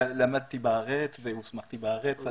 למדתי בארץ והוסמכתי בארץ.